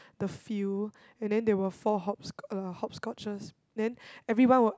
the field and then there were four hopscotch the hopscotches then everyone will